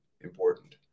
important